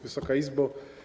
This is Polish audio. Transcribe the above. Wysoka Izbo!